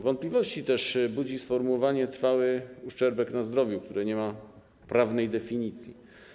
Wątpliwości budzi też sformułowanie: trwały uszczerbek na zdrowiu, które nie ma prawnej definicji.